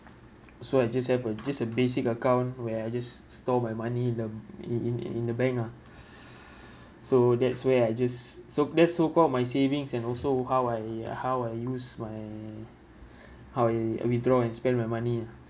so I just have a just a basic account where I just store my money in the in in in the bank ah so that's where I just so that's so-called my savings and also how I uh how I use my how I uh withdraw and spend my money